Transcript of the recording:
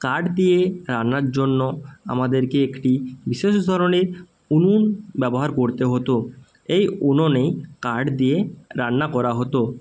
কাঠ দিয়ে রান্নার জন্য আমাদেরকে একটি বিশেষ ধরনের উনুন ব্যবহার করতে হতো এই উনুনেই কাট দিয়ে রান্না করা হতো